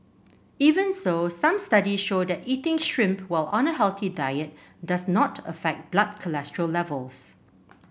even so some studies show that eating shrimp while on a healthy diet does not affect blood cholesterol levels